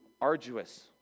arduous